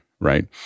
Right